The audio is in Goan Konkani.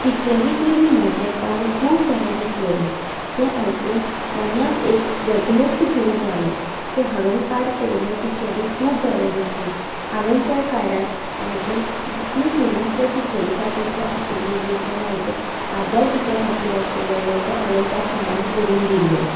टिचरीक बी म्हजें कार्ड खूब बरें दिसलेलें तें आयकून मनाक एक वेगळेंच फील जालें की हांवें कार्ड केलेलें टिचरीक खूब बरें दिसलें हांवें त्या कार्डान म्हजी जितलीं फिलिंग्स ते टिचरी खातीर आशिल्लीं तेंचो म्हजो आदर तिचे खातीर आशिल्लो तो हांवें त्या कार्डार बरोवन दिलो